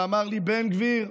ואמרו לי: בן גביר,